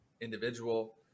individual